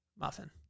muffin